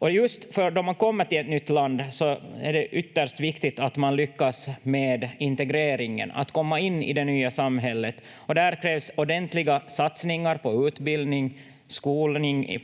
närmast. Då man kommer till ett nytt land är det ytterst viktigt att man lyckas med integreringen, att komma in i det nya samhället, och där krävs ordentliga satsningar på utbildning, skolning